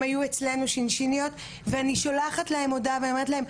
היו אצלנו 'שינשיניות' ואני שולחת להן הודעה ואני אומרת להן,